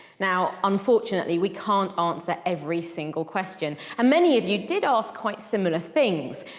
now unfortunately we can't answer every single question, and many of you did ask quite similar things.